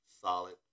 solid